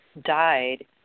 died